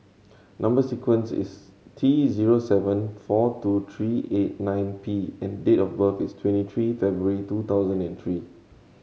number sequence is T zero seven four two tree eight nine P and date of birth is twenty tree February two thousand and three